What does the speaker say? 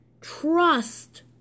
trust